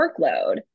workload